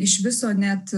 iš viso net